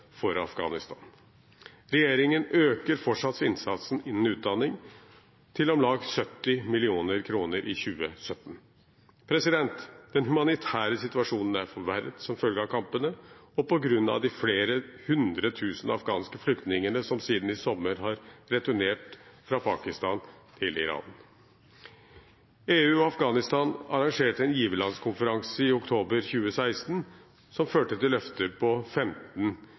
for Afghanistan. Regjeringen øker fortsatt innsatsen innenfor utdanning, til om lag 70 mill. kr i 2017. Den humanitære situasjonen er forverret som følge av kampene og på grunn av de flere hundre tusen afghanske flyktningene som siden i sommer har returnert fra Pakistan og Iran. EU og Afghanistan arrangerte en giverlandskonferanse i oktober 2016, som førte til løfter på